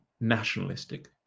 nationalistic